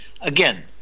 again